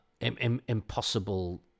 impossible